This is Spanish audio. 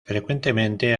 frecuentemente